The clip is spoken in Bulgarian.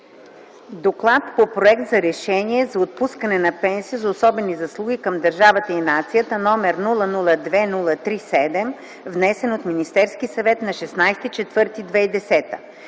разгледа проект за решение за отпускане на пенсия за особени заслуги към държавата и нацията, № 002-03-7, внесен от Министерския съвет на 16